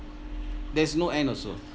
there's no end also